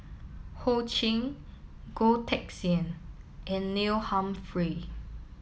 Ho Ching Goh Teck Sian and Neil Humphreys